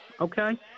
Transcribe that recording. Okay